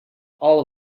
all